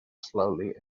slowly